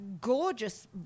gorgeous